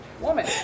woman